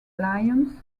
lions